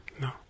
No